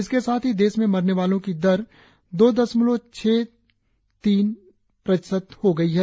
इसके साथ ही देश में मरने वालों की दर दो दशमलव छह तीन प्रतिशत हो गई है